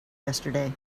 yesterday